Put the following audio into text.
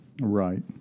Right